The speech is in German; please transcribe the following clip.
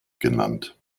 genannt